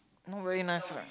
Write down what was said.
not very nice lah